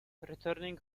returning